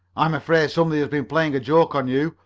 i'm afraid somebody has been playing a joke on you,